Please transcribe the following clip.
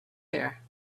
there